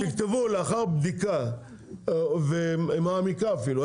תכתבו לאחר בדיקה מעמיקה אפילו,